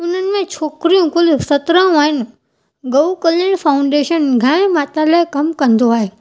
उन्हनि में छोकिरियूं कुलु सत्राहूं आहिनि ॻऊ कला फाऊंडेशन गाहिं माता लाइ कमु कंदो आहे